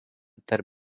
tarp